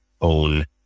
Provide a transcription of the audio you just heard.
own